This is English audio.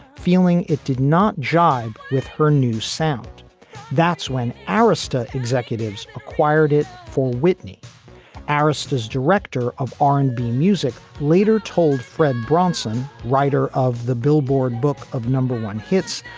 feeling it did not jibe with her new sound that's when arista executives acquired it for whitney arist as director of r and b music later told fred bronson, writer of the billboard book of number one hits,